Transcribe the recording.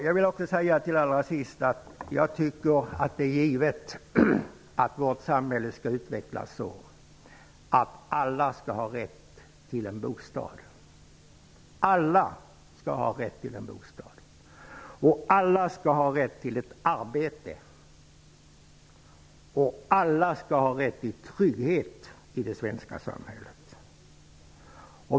Jag vill också allra sist säga att jag tycker att det är givet att vårt samhälle skall utvecklas så att alla skall ha rätt till en bostad, alla skall ha rätt till ett arbete och alla skall ha rätt till trygghet i det svenska samhället.